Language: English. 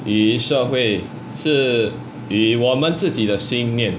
以社会是以我们自己的信念